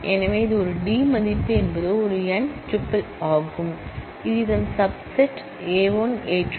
எனவே இது ஒரு டி மதிப்பு என்பது ஒரு n டப்பிள் ஆகும் இது இதன் சப் செட் a1 a2